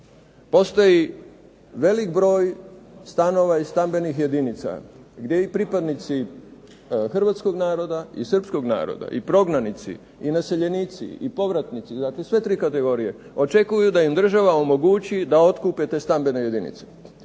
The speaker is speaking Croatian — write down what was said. Postoji velik broj stanova i stambenih jedinica gdje i pripadnici hrvatskog naroda i srpskog naroda i prognanici i naseljenici i povratnici, dakle sve 3 kategorije, očekuju da im država omogući da otkupe te stambene jedinice.